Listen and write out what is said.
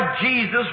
Jesus